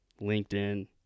LinkedIn